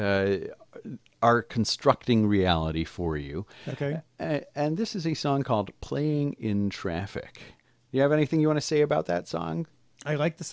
are constructing reality for you ok and this is a song called playing in traffic you have anything you want to say about that song i like the